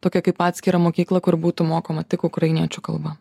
tokią kaip atskirą mokyklą kur būtų mokoma tik ukrainiečių kalba